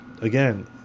again